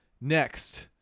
Next